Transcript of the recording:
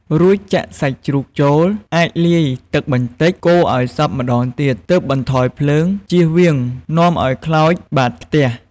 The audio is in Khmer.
រួចចាក់សាច់ជ្រូកចូល អាចលាយទឹកបន្តិច កូរឱ្យសព្វម្ដងទៀត ទើបបន្ថយភ្លើង ជៀសវាងនាំឱ្យខ្លោចបាតខ្ទះ។